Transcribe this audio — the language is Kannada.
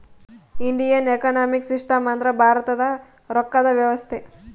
ಇಂಡಿಯನ್ ಎಕನೊಮಿಕ್ ಸಿಸ್ಟಮ್ ಅಂದ್ರ ಭಾರತದ ರೊಕ್ಕದ ವ್ಯವಸ್ತೆ